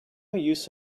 use